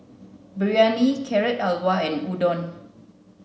Biryani Carrot Halwa and Udon